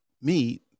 meet